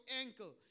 ankle